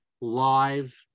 live